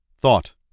Thought